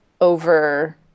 over